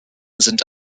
sind